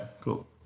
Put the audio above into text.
Cool